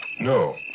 No